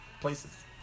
places